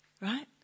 Right